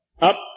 up